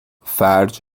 فرج